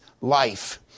life